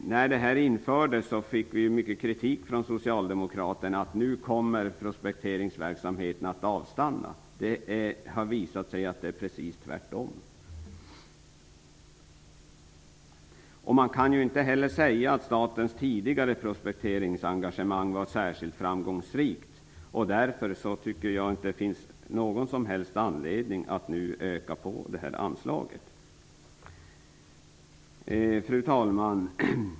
När detta infördes fick vi mycket kritik från Socialdemokraterna för att vi riskerade att prospekteringsverksamheten skulle komma att avstanna. Men det har visat sig vara precis tvärtom. Man kan inte heller säga att statens tidigare prospekteringsengagemang var särskilt framångsrikt. Därför tycker jag inte att det finns någon som helst anledning att nu utöka anslaget. Fru talman!